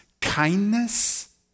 kindness